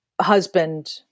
husband